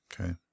okay